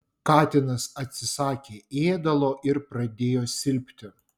katinas atsisakė ėdalo ir pradėjo silpti